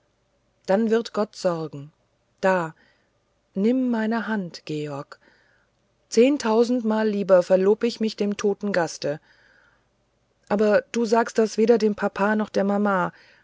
dann wird gott sorgen da nimm meine hand georg zehntausendmal lieber verlob ich mich dem toten gaste aber du sagst das weder dem papa noch der mama